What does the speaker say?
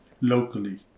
locally